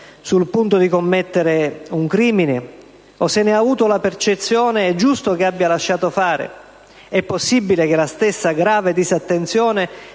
sul punto di commettere un crimine o, se ne ha avuto la percezione, è giusto che abbia lasciato fare? È possibile che la stessa grave disattenzione